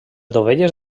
dovelles